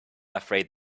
afraid